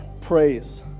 praise